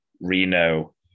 Reno